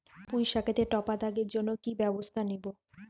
পুই শাকেতে টপা দাগের জন্য কি ব্যবস্থা নেব?